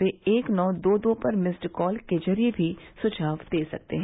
वे एक नौ दो दो पर मिस्ड कॉल के जरिए भी सुझाव दे सकते हैं